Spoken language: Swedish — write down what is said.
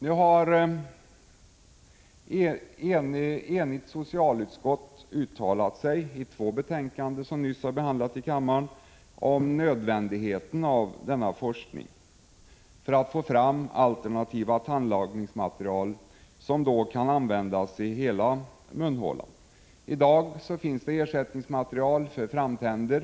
Nu har ett enigt socialutskott i två betänkanden som nyligen har behandlats av kammaren uttalat sig för nödvändigheten av denna forskning för att man skall få fram alternativa tandlagningsmaterial som kan användas i hela munhålan. I dag finns det ersättningsmaterial för framtänder.